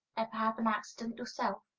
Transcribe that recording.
ever have an accident yourself?